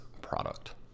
product